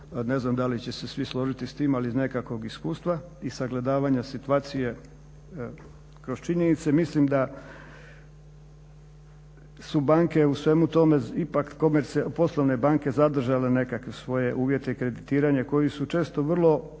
ne znam da li će se svi složiti s tim, ali iz nekakvog iskustva i sagledavanja situacije kroz činjenice mislim da su banke u svemu tome, poslovne banke zadržale nekakve svoje uvjete i kreditiranje koji su često vrlo